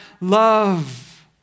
love